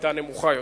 היתה נמוכה יותר.